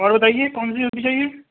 اور بتائیے کون سی سبزی چاہیے